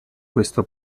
questo